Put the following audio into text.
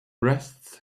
rests